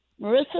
Marissa